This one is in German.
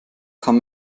kann